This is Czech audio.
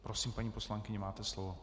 Prosím, paní poslankyně, máte slovo.